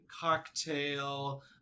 cocktail